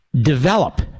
develop